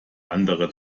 andere